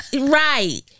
right